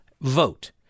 vote